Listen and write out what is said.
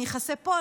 אני אכסה פה,